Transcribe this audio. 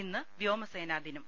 ഇന്ന് വ്യോമസേനാദിനം